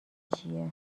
چیه